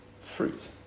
Fruit